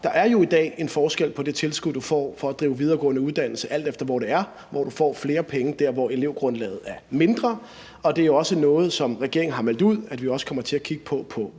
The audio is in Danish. Der er jo i dag en forskel på det tilskud, du får for at drive videregående uddannelse, alt efter hvor det er, altså så du får flere penge der, hvor elevgrundlaget er mindre. Og det er jo også noget, som regeringen har meldt ud at vi også kommer til at kigge på på